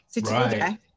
right